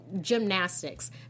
gymnastics